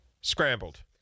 scrambled